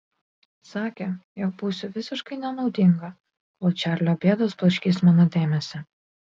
sakė jog būsiu visiškai nenaudinga kol čarlio bėdos blaškys mano dėmesį